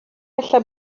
ella